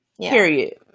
Period